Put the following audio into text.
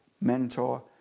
mentor